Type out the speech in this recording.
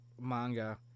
manga